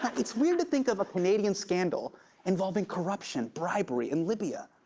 it's weird to think of a canadian scandal involving corruption, bribery, and libya.